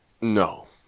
no